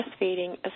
breastfeeding